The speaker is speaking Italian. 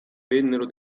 vennero